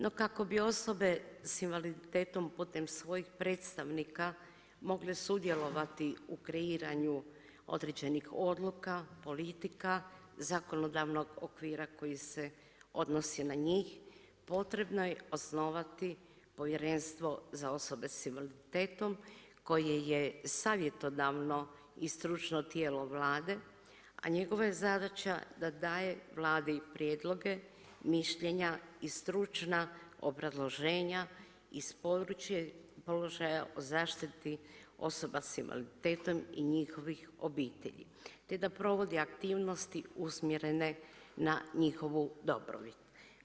No kako bi osobe s invaliditetom putem svojih predstavnika mogle sudjelovati u kreiranju određenih odluka, politika, zakonodavnog okvira koji se odnosi na njih, potrebno je osnovati povjerenstvo za osobe sa invaliditetom koje je savjetodavno i stručno tijelo Vlade, a njegova je zadaća da daje Vladi prijedloge, mišljenja i stručna obrazloženja iz područja položaja o zaštiti osoba s invaliditetom i njihovih obitelji te da provodi aktivnosti usmjerene na njihovu dobrobit.